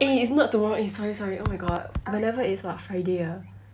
eh it's not tomorrow sorry sorry oh my god eleventh is what friday ah